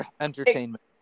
Entertainment